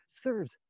serves